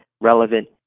relevant